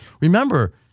Remember